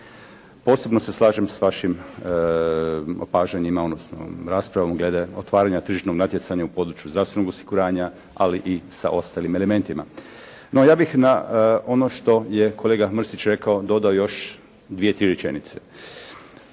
Posebno se slažem s vašim opažanjima, odnosno raspravom glede otvaranja tržišnog natjecanja u području zdravstvenog osiguranja, ali i sa ostalim elementima. No, ja bih na ono što je kolega Mrsić rekao, dodao još dvije-tri rečenice.